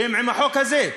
הם עם החוק הזה.